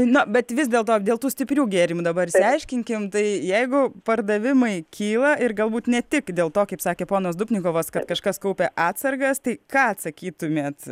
na bet vis dėl to dėl tų stiprių gėrimų dabar išsiaiškinkim tai jeigu pardavimai kyla ir galbūt ne tik dėl to kaip sakė ponas dubnikovas kad kažkas kaupia atsargas tai ką atsakytumėt